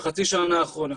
בחצי השנה האחרונה,